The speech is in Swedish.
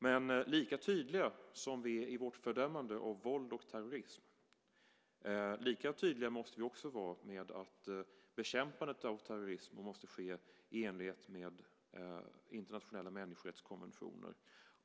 Men lika tydliga som vi är i vårt fördömande av våld eller terrorism, lika tydliga måste vi också vara med att bekämpandet av terrorismen måste ske i enlighet med internationella människorättskonventioner.